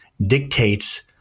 dictates